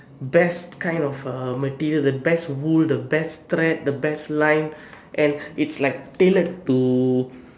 best kind of material the best wool the best tread the best line and its like tailored to